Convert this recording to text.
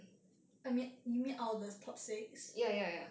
I mean you mean oh the top six